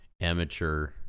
amateur